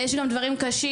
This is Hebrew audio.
יש גם דברים קשים,